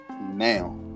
now